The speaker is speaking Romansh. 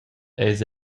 eis